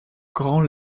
grand